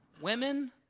Women